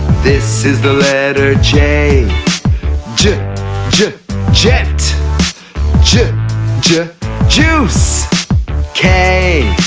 this is the letter j j j jet j j juice k,